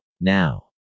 Now